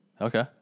Okay